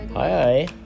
Hi